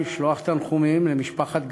לשלוח תנחומים למשפחת גרוס,